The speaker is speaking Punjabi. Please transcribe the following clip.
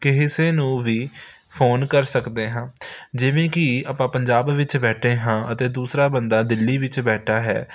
ਕਿਸੇ ਨੂੰ ਵੀ ਫੋਨ ਕਰ ਸਕਦੇ ਹਾਂ ਜਿਵੇਂ ਕਿ ਆਪਾਂ ਪੰਜਾਬ ਵਿੱਚ ਬੈਠੇ ਹਾਂ ਅਤੇ ਦੂਸਰਾ ਬੰਦਾ ਦਿੱਲੀ ਵਿੱਚ ਬੈਠਾ ਹੈ